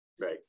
Right